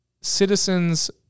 citizens